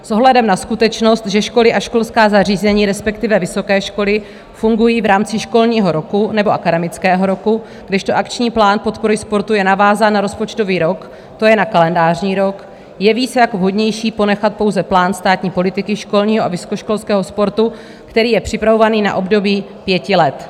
S ohledem na skutečnost, že školy a školská zařízení, respektive vysoké školy, fungují v rámci školního roku nebo akademického roku, kdežto akční plán podpory sportu je navázán na rozpočtový rok, to je na kalendářní rok, jeví se jako vhodnější ponechat pouze plán státní politiky školního a vysokoškolského sportu, který je připravovaný na období pěti let.